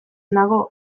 nago